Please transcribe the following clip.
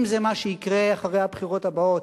אם זה מה שיקרה אחרי הבחירות הבאות